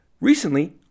Recently